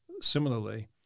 similarly